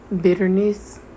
bitterness